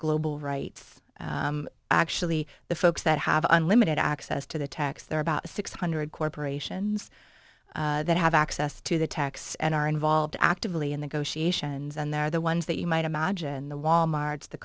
global rights actually the folks that have unlimited access to the tax there are about six hundred corporations that have access to the tax and are involved actively in the goshi asians and they're the ones that you might imagine the wal marts the